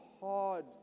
hard